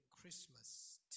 Christmas